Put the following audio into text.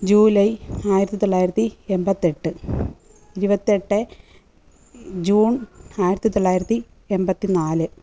July ആയിരത്തി തൊള്ളായിരത്തി എൺപത്തെട്ട് ഇരുപത്തെട്ട് ജൂൺ ആയിരത്തി തൊള്ളായിരത്തി എൺപത്തി നാല്